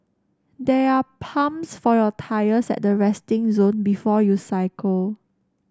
there are pumps for your tyres at the resting zone before you cycle